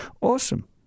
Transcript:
Awesome